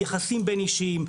יחסים בין-אישיים,